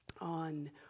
on